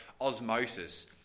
osmosis